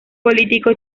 político